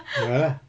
ya lah